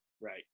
Right